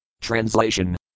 Translation